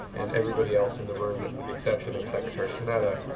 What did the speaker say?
and everybody else in the room, with the exception of secretary panetta,